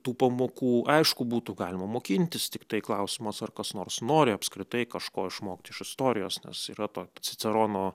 tų pamokų aišku būtų galima mokintis tiktai klausimas ar kas nors nori apskritai kažko išmokti iš istorijos nes yra to cicerono